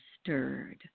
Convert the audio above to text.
stirred